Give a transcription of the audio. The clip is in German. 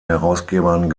herausgebern